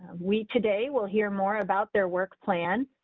we today we'll hear more about their work plan.